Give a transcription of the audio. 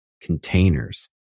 containers